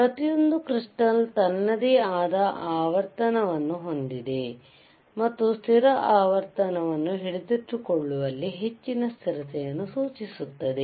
ಪ್ರತಿಯೊಂದು ಕೃಸ್ಟಾಲ್ ತನ್ನದೇ ಆದ ಆವರ್ತನವನ್ನು ಹೊಂದಿದೆ ಮತ್ತು ಸ್ಥಿರ ಆವರ್ತನವನ್ನು ಹಿಡಿದಿಟ್ಟುಕೊಳ್ಳುವಲ್ಲಿ ಹೆಚ್ಚಿನ ಸ್ಥಿರತೆಯನ್ನು ಸೂಚಿಸುತ್ತದೆ